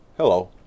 Hello